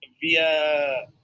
Via